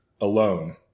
alone